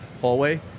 hallway